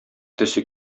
төсе